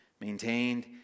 maintained